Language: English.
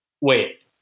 wait